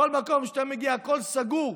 לכל מקום שאתה מגיע, הכול סגור,